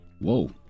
Whoa